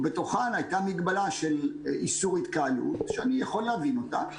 ובתוכן היתה המגבלה של איסור התקהלות שאני יכול להבין אותה,